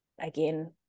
again